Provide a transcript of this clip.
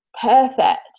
perfect